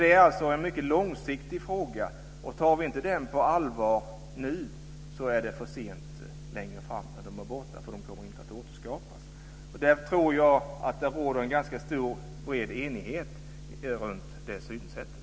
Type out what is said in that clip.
Det är alltså en mycket långsiktig fråga. Och om vi inte tar den på allvar nu, så är det för sent längre fram när dessa arter är borta, eftersom de inte kommer att återskapas. Och jag tror att det råder en ganska bred enighet om det synsättet.